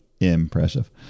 impressive